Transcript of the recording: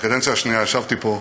בקדנציה השנייה ישבתי פה,